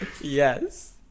Yes